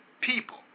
people